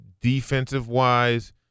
defensive-wise